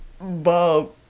Bob